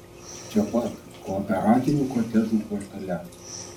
čia pat kooperatinių kotedžų kvartale